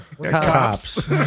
Cops